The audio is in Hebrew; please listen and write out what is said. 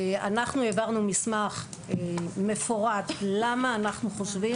אנחנו העברנו מפורט שאומר למה אנחנו חושבים